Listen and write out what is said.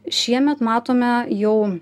šiemet matome jau